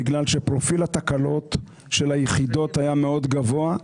בגלל שפרופיל התקלות של היחידות היה מאוד גבוה,